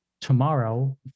tomorrow